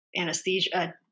anesthesia